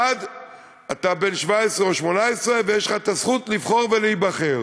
1. אתה בן 17 או 18, ויש לך הזכות לבחור ולהיבחר,